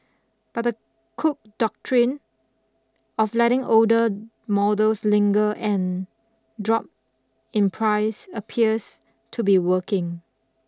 but the Cook Doctrine of letting older models linger and drop in price appears to be working